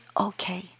okay